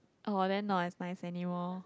oh then not as nice anymore